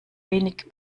wenig